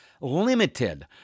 limited